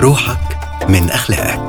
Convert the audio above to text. روحك من أخلاقك.